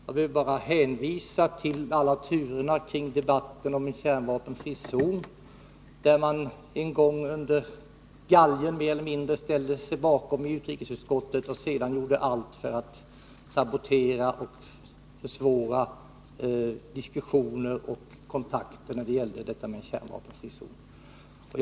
Jag kan också erinra om alla turerna i debatten om en kärnvapenfri zon. En gång ställde man sig mer eller mindre under galgen bakom utrikesutskottet, och sedan har man gjort allt för att sabotera och försvåra diskussioner och kontakter när det gällt den kärnvapenfria zonen.